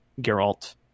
Geralt